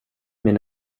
min